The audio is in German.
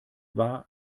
war